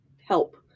help